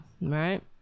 right